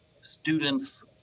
students